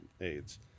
AIDS